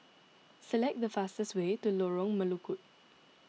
select the fastest way to Lorong Melukut